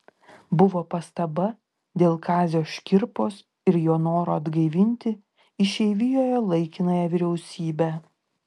buvo pastaba dėl kazio škirpos ir jo noro atgaivinti išeivijoje laikinąją vyriausybę